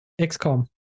XCOM